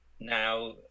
now